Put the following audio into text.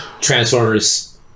Transformers